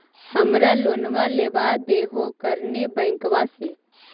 हमरा लोनवा देलवा देहो करने बैंकवा से?